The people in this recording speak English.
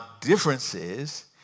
differences